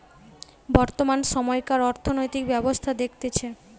বর্তমান সময়কার অর্থনৈতিক ব্যবস্থা দেখতেছে